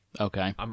Okay